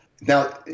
now